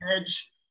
edge